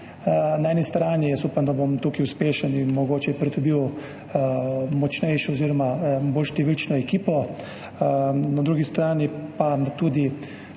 Na eni strani upam, da bom tukaj uspešen in bom mogoče pridobil močnejšo oziroma bolj številno ekipo, na drugi strani pa tudi,